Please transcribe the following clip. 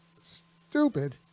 stupid